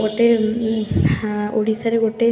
ଗୋଟେ ହାଁ ଓଡ଼ିଶାରେ ଗୋଟେ